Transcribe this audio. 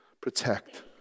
protect